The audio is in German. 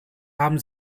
haben